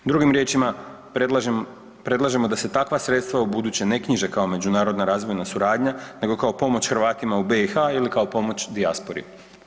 Drugim riječima predlažemo da se takva sredstva u buduće ne knjiže kao međunarodna razvojna suradnja nego kao pomoć Hrvatima u BiH ili kao pomoć dijaspori.